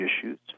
issues